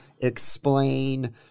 explain